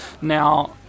Now